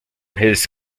his